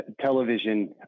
television